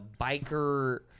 biker